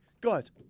Guys